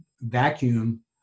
vacuum